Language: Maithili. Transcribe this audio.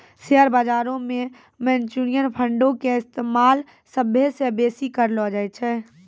शेयर बजारो मे म्यूचुअल फंडो के इस्तेमाल सभ्भे से बेसी करलो जाय छै